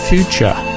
Future